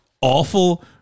awful